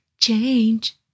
change